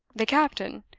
the captain?